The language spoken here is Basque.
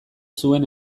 zuen